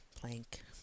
plank